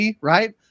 right